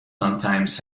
sometimes